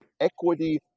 equity